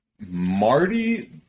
Marty